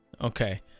Okay